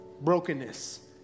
brokenness